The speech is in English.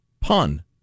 pun